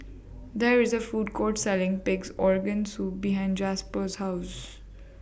There IS A Food Court Selling Pig'S Organ Soup behind Jasper's House